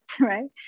right